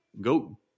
Go